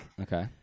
Okay